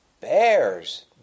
bears